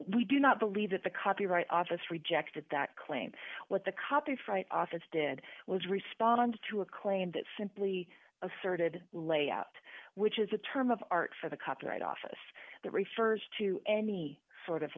we do not believe that the copyright office rejected that claim what the copy from office did was respond to a claim that simply asserted layout which is a term of art for the copyright office that refers to any sort of